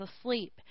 asleep